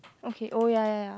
okay oh ya ya ya